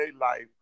life